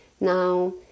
Now